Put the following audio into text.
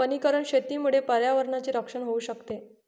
वनीकरण शेतीमुळे पर्यावरणाचे रक्षण होऊ शकते